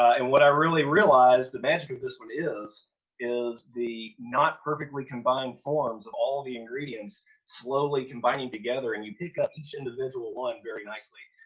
and what i really realized the magic of this one is is the not perfectly combined forms of all the ingredients slowly combining together and you pick up each individual one very nicely.